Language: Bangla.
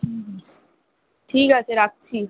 ঠিক আছে রাখছি